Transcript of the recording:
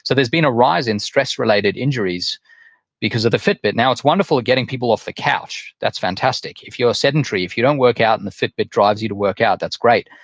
so there's been a rise in stress-related injuries because of the fitbit. now, it's wonderful at getting people off the couch. that's fantastic. if you're sedentary, if you don't work out, and the fitbit drives you to work out, that's great.